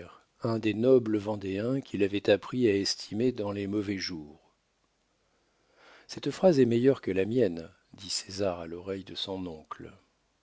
un des nobles vendéens qu'il avait appris à estimer dans les mauvais jours cette phrase est meilleure que la mienne dit césar à l'oreille de son oncle